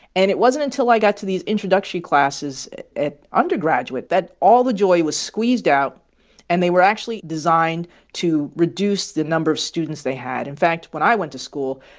and it wasn't until i got to these introductory classes at undergraduate that all the joy was squeezed out and they were actually designed to reduce the number of students they had. in fact, when i went to school,